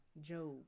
Job